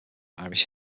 irish